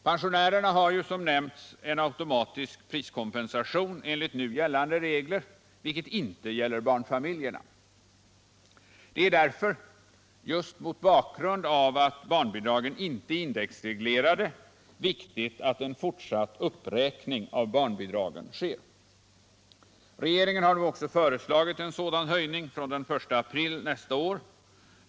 Pensionärerna har, som nämnts, en automatisk priskompensation enligt nu gällande regler, vilket inte gäller barnfamiljerna. Det är därför, just mot bakgrund av att barnbidragen inte är indexreglerade, viktigt att en fortsatt uppräkning av barnbidragen sker. Regeringen har nu också föreslagit en sådan höjning från den 1 april 1978.